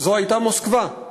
היה מוסקבה,